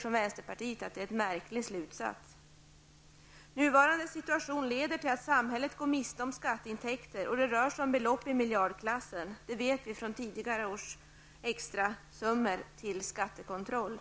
Från vänsterpartiet tycker vi att det är en märklig slutsats. Nuvarande situation leder till att samhället går miste om skatteintäkter. Det rör sig om belopp i miljardklassen. Det vet vi från tidigare års extrasummor till skattekontroll.